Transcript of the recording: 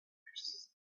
hours